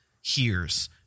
hears